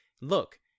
Look